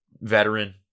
veteran